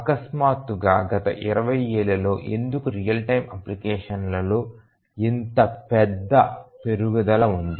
అకస్మాత్తుగా గత 20 ఏళ్లలో ఎందుకు రియల్ టైమ్ అప్లికేషన్ లలో ఇంత పెద్ద పెరుగుదల ఉంది